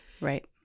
Right